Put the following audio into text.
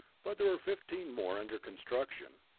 but there were fifteen more under construction,